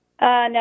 no